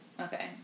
Okay